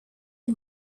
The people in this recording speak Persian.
این